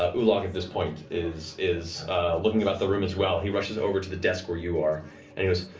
ah ulog at this point is is looking about the room as well. he rushes over to the desk where you are and he goes,